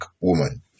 woman